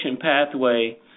pathway